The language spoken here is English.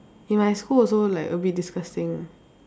in my school also like a bit disgusting